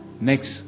Next